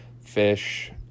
Fish